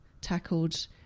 tackled